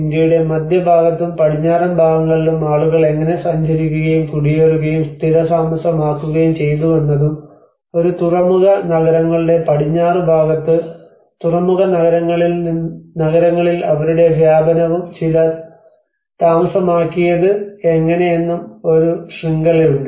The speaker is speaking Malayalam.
ഇന്ത്യയുടെ മധ്യഭാഗത്തും പടിഞ്ഞാറൻ ഭാഗങ്ങളിലും ആളുകൾ എങ്ങനെ സഞ്ചരിക്കുകയും കുടിയേറുകയും സ്ഥിരതാമസമാക്കുകയും ചെയ്തുവെന്നതും ഒരു തുറമുഖ നഗരങ്ങളുടെ പടിഞ്ഞാറ് ഭാഗത്ത് തുറമുഖ നഗരങ്ങളിൽ അവരുടെ വ്യാപനവും ചില താമസമാക്കിയത് എങ്ങനെയെന്നും ഒരു ശൃംഖലയുണ്ട്